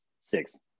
Six